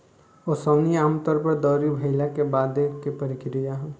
ओसवनी आमतौर पर दौरी भईला के बाद के प्रक्रिया ह